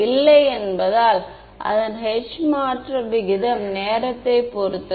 இல்லை என்பதால் அதன் H மாற்ற விகிதம் நேரத்தைப் பொறுத்தது